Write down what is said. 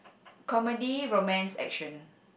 comedy romance action